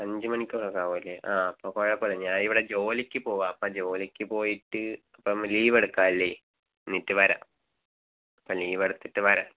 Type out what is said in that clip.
അഞ്ച് മണിക്കൂറക്കാവൂല്ലെ ആ അപ്പം കുഴപ്പമില്ല ഞാനിവിടെ ജോലിക്ക് പോവുക അപ്പം ജോലിക്ക് പോയിട്ട് അപ്പം ലീവെടുക്കാല്ലെ എന്നിട്ട് വരാം അപ്പം ലീവെടുത്തിട്ട് വരാം